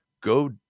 go